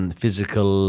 physical